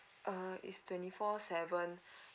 uh is twenty four seven